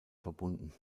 verbunden